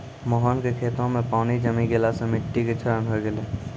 मोहन के खेतो मॅ पानी जमी गेला सॅ मिट्टी के क्षरण होय गेलै